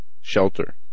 shelter